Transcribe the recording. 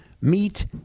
Meet